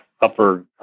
upper